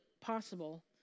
possible